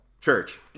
Church